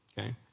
Okay